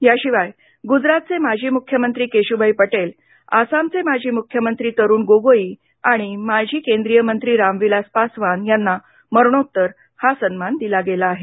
याशिवाय गुजरातचे माजी मुख्यमंत्री केशुभाई पटेल आसामचे माजी मुख्यमंत्री तरूण गोगोई आणि माजी केंद्रीय मंत्री रामविलास पासवान यांना मरणोत्तर हा सन्मान दिला गेला आहे